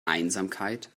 einsamkeit